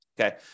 Okay